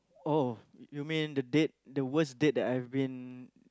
oh you mean the date the worst date that I've been